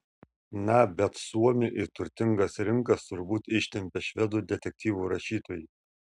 na bet suomį į turtingas rinkas turbūt ištempė švedų detektyvų rašytojai